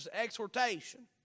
exhortation